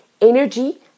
energy